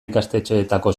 ikastetxeetako